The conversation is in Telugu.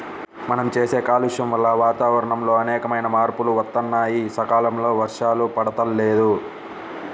మనం చేసే కాలుష్యం వల్ల వాతావరణంలో అనేకమైన మార్పులు వత్తన్నాయి, సకాలంలో వర్షాలు పడతల్లేదు